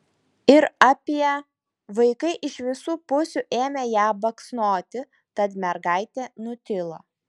ir apie vaikai iš visų pusių ėmė ją baksnoti tad mergaitė nutilo